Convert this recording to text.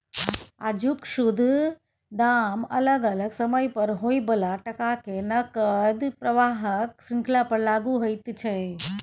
आजुक शुद्ध दाम अलग अलग समय पर होइ बला टका के नकद प्रवाहक श्रृंखला पर लागु होइत छै